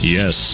Yes